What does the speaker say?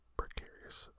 precarious